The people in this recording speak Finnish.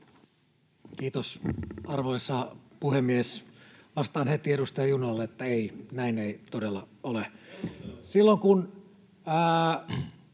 Kiitos, arvoisa puhemies! Vastaan heti edustaja Junnilalle, että ei, näin ei todella ole.